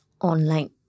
online